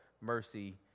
mercy